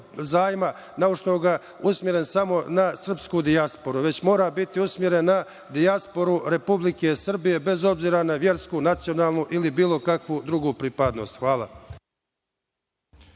zajma naučnoga usmeren samo na srpsku dijasporu, već mora biti usmeren na dijasporu Republike Srbije, bez obzira na versku, nacionalnu ili bilo kakvu drugu pripadnost. Hvala.